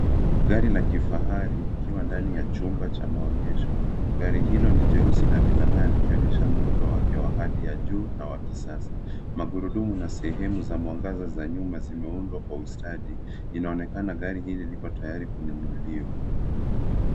Gari la kifahari likiwa ndani ya chumba cha maonyesho. Gari hilo ni jeusi na linang'aa likionyesha muundo wake wa hali ya juu na wa kisasa. Magurudumu na sehemu za mwangaza za nyuma zimeundwa kwa ustadi, inaonekana gari hili lipo tayari kununuliwa.